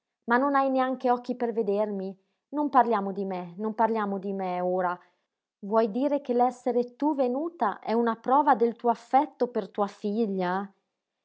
ma non hai neanche occhi per vedermi non parliamo di me non parliamo di me ora vuoi dire che l'essere tu venuta è una prova del tuo affetto per tua figlia